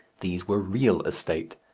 these were real estate.